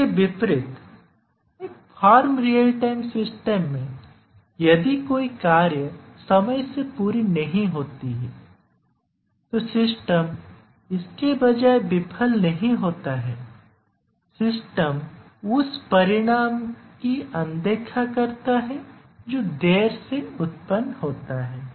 इसके विपरीत एक फर्म रियल टाइम सिस्टम में यदि कोई कार्य समय से पूरी नहीं होती है तो सिस्टम इसके बजाय विफल नहीं होता है सिस्टम उस परिणाम की अनदेखी करता है जो देर से उत्पन्न होता है